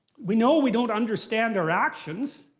we know we don't understand our actions.